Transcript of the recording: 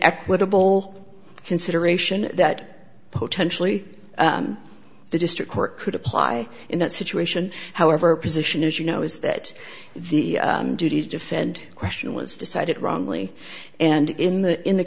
equitable consideration that potentially the district court could apply in that situation however position as you know is that the duty to defend question was decided wrongly and in the in the